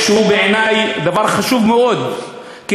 שהוא חשוב מאוד בעיני,